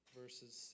verses